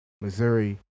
Missouri